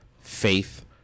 faith